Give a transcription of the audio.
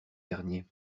dernier